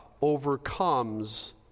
overcomes